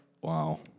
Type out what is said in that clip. Wow